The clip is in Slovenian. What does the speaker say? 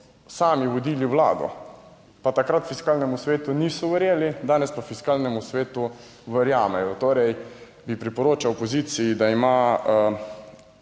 sami vodili Vlado, pa takrat Fiskalnemu svetu niso verjeli, danes pa Fiskalnemu svetu verjamejo. Torej bi priporočal opoziciji, da ima,